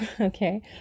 okay